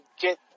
get